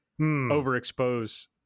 overexpose